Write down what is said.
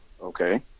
Okay